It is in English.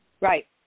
right